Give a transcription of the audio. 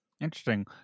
Interesting